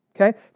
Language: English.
okay